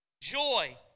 joy